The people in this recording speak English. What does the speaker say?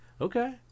Okay